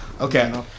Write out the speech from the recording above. Okay